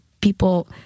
people